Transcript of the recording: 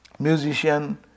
Musician